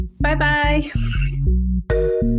Bye-bye